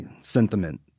sentiment